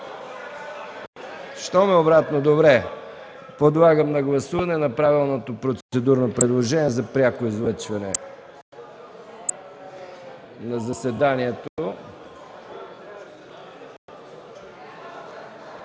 Щом е обратно – добре. Подлагам на гласуване направеното процедурно предложение за пряко излъчване на заседанието.